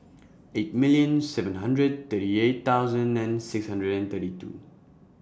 eight million seven hundred thirty eight thousand nine six hundred and thirty two